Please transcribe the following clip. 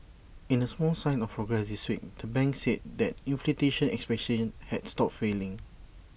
in A small sign of progress this week the bank said that inflation expectations had stopped falling